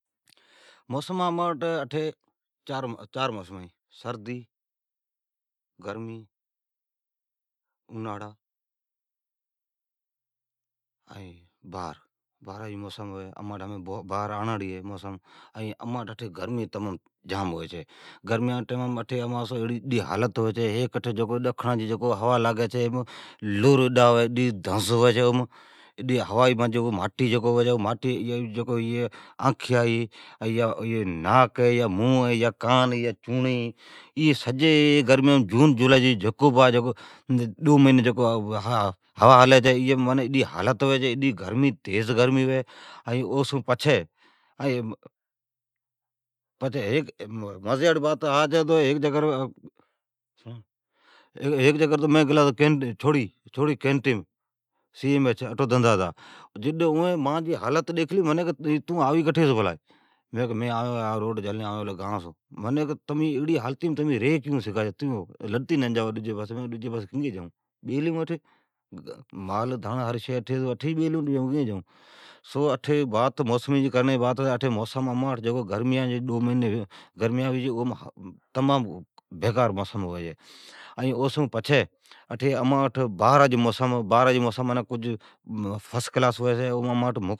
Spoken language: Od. موسما امانٹھ اٹھی چار موسمان ھی، سردی، گرمی، اونھاڑا ائین بھار۔ بھارا جی موسم ھمین آڑاڑین ہے۔ ائین امانٹھ، اٹھی گرمی تمام جام ھوی چھی۔ امان ٹھ اٹھی ھالت ھوی چھی، ڈکھڑان جی ھوا لاگی چھی، اڈی لرھوی چھی۔ ائین اٹھو ماٹی اڈی چھی، ماٹیم اٹھو، آنکھیا ھی، ناک ہے یا چونڑی ھی، ائی منا جون، جولائی جی ڈو میھنی ھی ایم ھوائیم اڈی ایڑی حالت ھوی چھی، ڈی گرمی تیز ھوی چھی ۔اھڑیا ھوایا لاگی ائین او سون پچھی مزی آڑی بات ھچ ہے، تو ھیک دفعا مین گلا تا چھوڑی، کینٹیم اٹھو دھندھا ھتا، جڈ اوین مانجی حالت ڈیکھلی کہ تون آوی کٹیس پلا۔ مین کیلی مین ھا روڈ جھلنی گان سون آوین پلا۔ منین اوین کیلی تمین ایڑی حالتیم ری کیون سگھا۔ منین کیلی لڈتی نہ جاوا ڈجی پاسی، مین کیلی کٹھی جائون۔ مال دھنڑ اٹھی بیلا ہے کنگی جائون۔ او سون پچھی موسمی جی بات ہے، ڈو مھینی گرمیان جی موسم ھوی چھی، اوم تمام بیکار موسم ھوی چھی۔ او سون پچھی اماٹھ بھارا جی موسم ڈاڈھی فسکلاس ھوی چھی اماٹھ